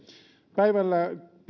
päivällä